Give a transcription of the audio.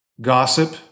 Gossip